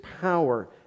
power